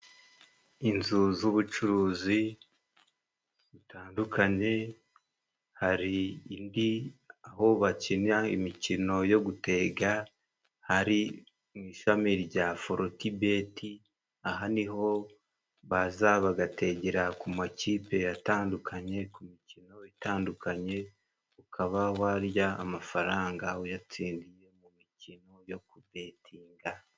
Inzu z'ubucuruzi butandukanye, hari indi aho bakina imikino yo gutega hari mu ishami rya forotibeti, aha ni ho baza bagategera ku makipe atandukanye, ku mikino itandukanye, ukaba warya amafaranga uyatsindiye mu mikino yo kubetinga.